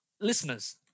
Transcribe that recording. Listeners